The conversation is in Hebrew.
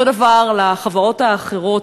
אותו הדבר לחברות האחרות,